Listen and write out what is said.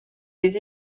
des